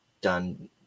done